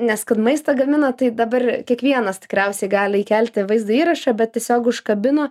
nes kur maistą gamina tai dabar kiekvienas tikriausiai gali įkelti vaizdo įrašą bet tiesiog užkabino